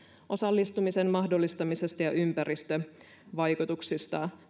osallistumisen mahdollistamisesta ja ympäristövaikutuksista